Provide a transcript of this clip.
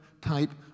type